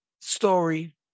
story